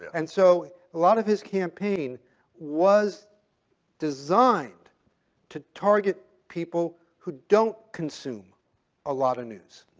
and so, a lot of his campaign was designed to target people who don't consume a lot of news,